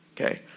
Okay